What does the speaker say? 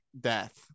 death